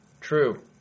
True